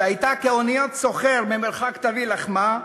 ש"היתה כאניות סוחר, ממרחק תביא לחמה",